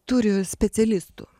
turi specialistų